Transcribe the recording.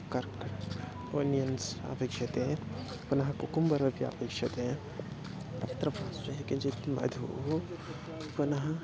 कर्क् onions अपेक्षते पुनः cucumber अपि अपेक्षते तत्र स्वयं किञ्चित् मधुः पुनः